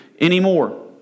anymore